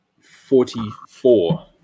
forty-four